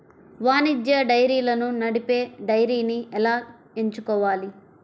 వాణిజ్య డైరీలను నడిపే డైరీని ఎలా ఎంచుకోవాలి?